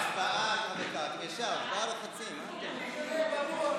ההצעה להעביר את הנושא לוועדה לא נתקבלה.